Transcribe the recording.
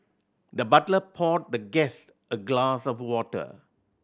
the butler poured the guest a glass of water